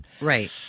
Right